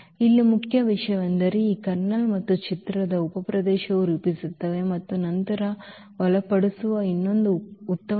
ಇಲ್ಲಿ ಮುಖ್ಯ ವಿಷಯವೆಂದರೆ ಈ ಕರ್ನಲ್ ಮತ್ತು ಚಿತ್ರವು ಉಪಪ್ರದೇಶವನ್ನು ರೂಪಿಸುತ್ತವೆ ಮತ್ತು ನಂತರ ಬಳಸಲ್ಪಡುವ ಇನ್ನೊಂದು ಉತ್ತಮ ಪ್ರಮೇಯವಿದೆ